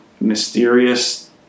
mysterious